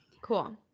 cool